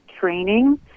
training